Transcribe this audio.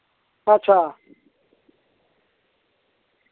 अच्छा